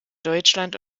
deutschland